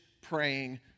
praying